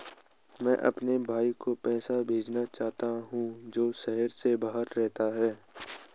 मैं अपने भाई को पैसे भेजना चाहता हूँ जो शहर से बाहर रहता है